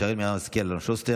שרן מרים השכל ואלון שוסטר,